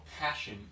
passion